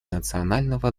национального